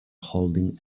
holding